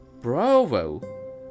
bravo